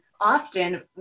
often